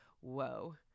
whoa